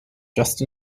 just